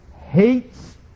hates